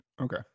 okay